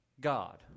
God